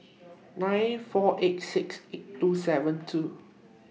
nine four eight six eight two seven two